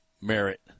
Merit